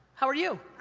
how are you?